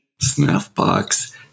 Snuffbox